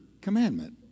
commandment